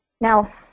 Now